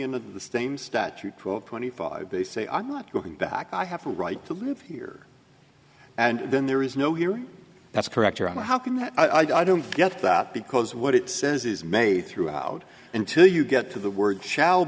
in the same statute twelve twenty five they say i'm not going back i have a right to live here and then there is no hearing that's correct your honor how can that i don't get that because what it says is made throughout until you get to the words shall